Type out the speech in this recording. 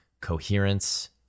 coherence